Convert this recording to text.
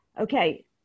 okay